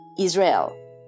Israel